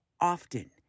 often